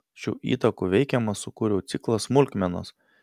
šių įtakų veikiamas sukūriau ciklą smulkmenos